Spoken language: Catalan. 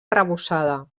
arrebossada